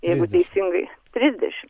jeigu teisingai trisdešim